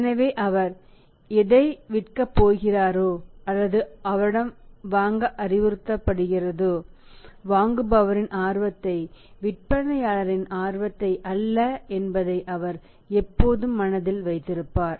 எனவே அவர் எதை விற்கப் போகிறாரோ அல்லது அவரிடமிருந்து வாங்க அறிவுறுத்தப்படும் போது வாங்குபவரின் ஆர்வத்தை விற்பனையாளரின் ஆர்வத்தை அல்ல என்பதை அவர் எப்போதும் மனதில் வைத்திருப்பார்